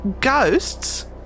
Ghosts